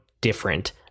different